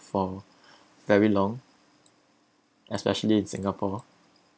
for very long especially in singapore